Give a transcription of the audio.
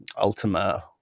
Ultima